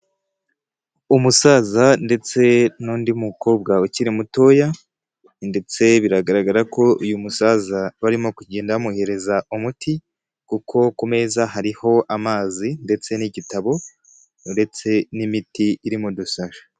Umusaza ndetse n'undi mukobwa ukiri mutoya ndetse biragaragara ko uyu musaza barimo kugenda bamuhereza umuti kuko ku meza hariho amazi ndetse n'igitabo ndetse n'imiti iri mu dusashi.